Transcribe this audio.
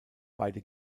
beide